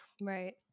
Right